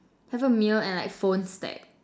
have a meal and like phone stack